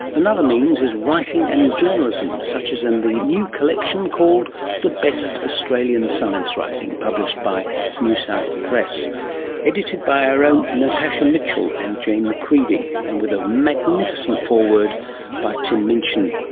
another means is writing and journalism, such as in the new collection called the best australian science writing, published by newsouth publishing, edited by our own natasha mitchell and jane mccredie, and with a magnificent foreword by tim minchin.